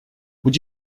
would